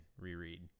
reread